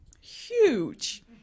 huge